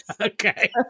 Okay